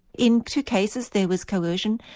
in two cases there was coercion,